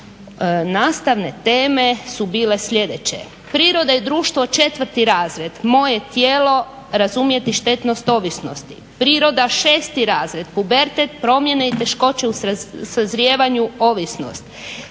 nastavne teme su bile sljedeće: priroda i društvo četvrti razred, moje tijelo, razumjeti štetnost ovisnosti, priroda šesti razred, pubertet, promjene i teškoće u sazrijevanju, ovisnost.